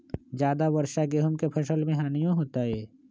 ज्यादा वर्षा गेंहू के फसल मे हानियों होतेई?